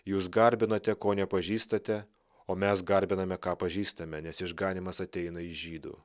jūs garbinate ko nepažįstate o mes garbiname ką pažįstame nes išganymas ateina iš žydų